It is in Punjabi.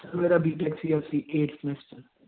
ਸਰ ਮੇਰਾ ਬੀਟੈਕ ਸੀ ਏਟਥ ਸਮੈਸਟਰ